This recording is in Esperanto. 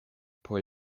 por